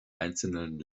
einzelnen